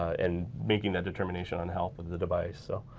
and making that determination on health of the device so.